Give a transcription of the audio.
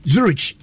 Zurich